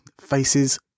faces